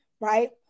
right